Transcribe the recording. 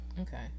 Okay